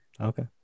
Okay